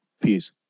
Peace